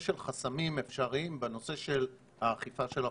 של חסמים אפשריים בנושא של האכיפה של החוק.